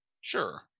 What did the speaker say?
Sure